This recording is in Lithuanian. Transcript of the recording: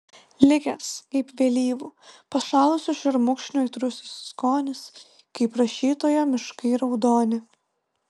likęs kaip vėlyvų pašalusių šermukšnių aitrusis skonis kaip rašytojo miškai raudoni